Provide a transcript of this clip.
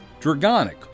Dragonic